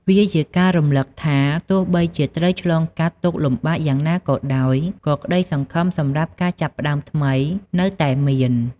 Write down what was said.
វាជាការរំលឹកថា ទោះបីជាត្រូវឆ្លងកាត់ទុក្ខលំបាកយ៉ាងណាក៏ដោយ ក៏ក្តីសង្ឃឹមសម្រាប់ការចាប់ផ្ដើមថ្មីនៅតែមាន។